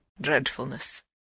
dreadfulness